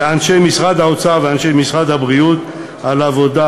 לאנשי משרד האוצר ואנשי משרד הבריאות על העבודה